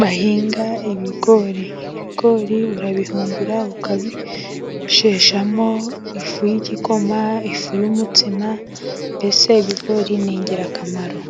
bahinga ibigori, ibigori urabihungura ukabisheshamo ifu y'igikoma, ifu y'umutsima mbese ibigori ni ingirakamaro.